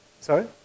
Sorry